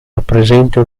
rappresenta